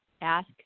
Ask